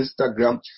Instagram